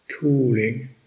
cooling